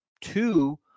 two